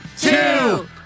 two